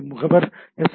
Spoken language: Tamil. பி முகவர் ஒரு எஸ்